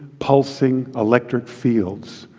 pulsing electric fields,